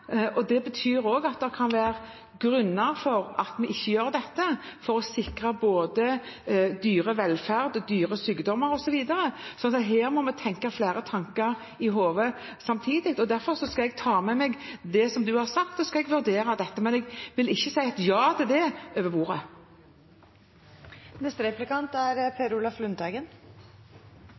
mindre. Det betyr også at det kan være grunner til ikke å gjøre dette, bl.a. av hensyn til både dyrevelferd og dyresykdommer osv. Så her må vi ha flere tanker i hodet samtidig. Derfor skal jeg ta med meg det representanten har sagt, og vurdere det. Men jeg vil ikke si ja til det over